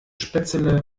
spätzle